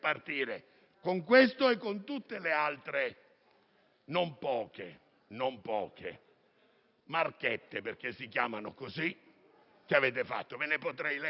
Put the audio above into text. con questa e con tutte le altre non poche marchette (perché si chiamano così) che avete fatto. Ve ne potrei leggere